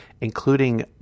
including